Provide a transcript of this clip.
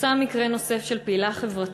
פורסם מקרה נוסף של הטרדת מינית של פעילה חברתית